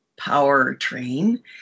powertrain